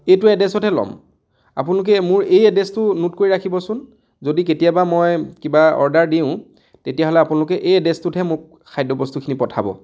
এইটো এড্ৰেছতে ল'ম আপোনালোকে মোৰ এই এড্ৰেছটো নোট কৰি ৰাখিবচোন যদি কেতিয়াবা মই কিবা অৰ্ডাৰ দিওঁ তেতিয়াহ'লে আপোনালোকে এই এড্ৰেছটোতহে মোক খাদ্য বস্তুখিনি পঠাব